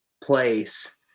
place